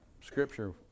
scripture